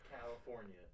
California